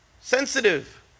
Sensitive